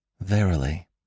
Verily